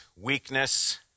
weakness